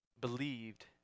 believed